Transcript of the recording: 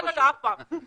לא, לא, אף פעם.